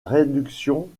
réduction